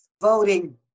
Voting